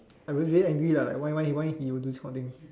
I was very angry lah like why why why would he do this kind of thing